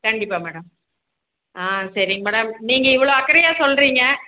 கண்டிப்பாக மேடம் ஆ சரிங்க மேடம் நீங்கள் இவ்வளோ அக்கறையாக சொல்கிறிங்க